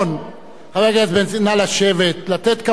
נא לשבת, לתת כבוד לשר,